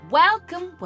welcome